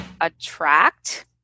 attract